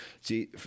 see